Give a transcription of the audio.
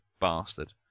bastard